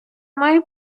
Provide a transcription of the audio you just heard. має